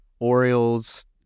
Orioles